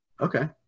Okay